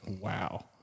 Wow